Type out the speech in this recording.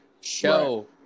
show